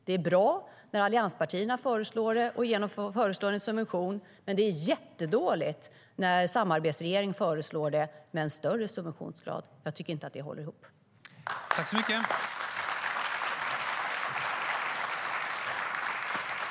Det är bra när allianspartierna föreslår det och föreslår en subvention, men det är jättedåligt när samarbetsregeringen föreslår det med en högre subventionsgrad. Jag tycker inte att det håller ihop.